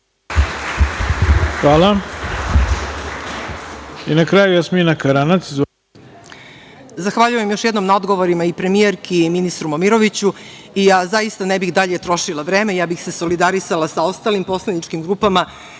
Karanac. Izvolite. **Jasmina Karanac** Zahvaljujem još jednom na odgovorima i premijerki i ministru Momiroviću. Zaista, ja ne bih dalje trošila vreme, ja bih se solidarisala sa ostalim poslaničkim grupama